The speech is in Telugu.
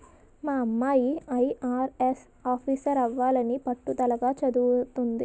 మా అమ్మాయి ఐ.ఆర్.ఎస్ ఆఫీసరవ్వాలని పట్టుదలగా చదవతంది